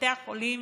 בתי החולים